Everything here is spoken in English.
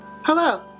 Hello